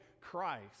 Christ